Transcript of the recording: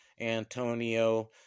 Antonio